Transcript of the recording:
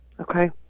Okay